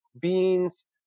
Beans